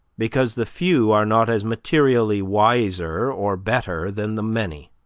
because the few are not as materially wiser or better than the many.